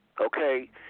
Okay